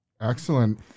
Excellent